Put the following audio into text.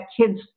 kids